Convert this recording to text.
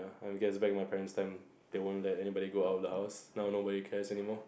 I guess back my parents time they won't let anybody go out the house now nobody cares anymore